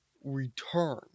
return